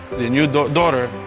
the new daughter,